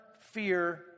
fear